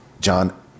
John